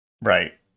Right